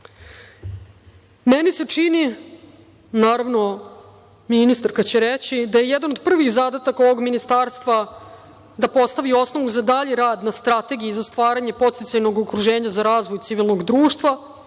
se čini, naravno, ministarka će reći da je jedan od prvih zadataka ovog ministarstva da postavi osnovu za dalji rad na strategiji i za stvaranje podsticajnog okruženja za razvoj civilnog društva,